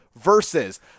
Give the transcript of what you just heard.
versus